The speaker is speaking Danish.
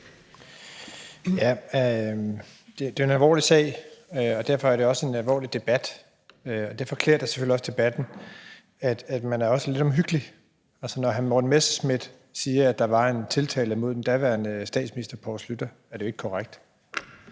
Det er jo en alvorlig sag, og derfor er det også en alvorlig debat. Derfor klæder det selvfølgelig også debatten, at man er lidt omhyggelig. Når hr. Morten Messerschmidt siger, at der var en tiltale mod den daværende statsminister Poul Schlüter, er det jo ikke korrekt.